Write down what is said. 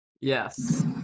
Yes